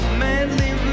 manly